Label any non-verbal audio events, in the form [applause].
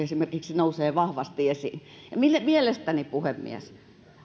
[unintelligible] esimerkiksi lastenkulttuuri nousee vahvasti esiin puhemies